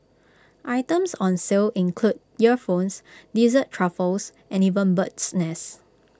items on sale include earphones dessert truffles and even bird's nest